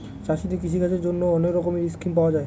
চাষীদের কৃষিকাজের জন্যে অনেক রকমের স্কিম পাওয়া যায়